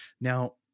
Now